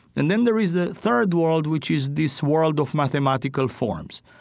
and then there is the third world, which is this world of mathematical forms.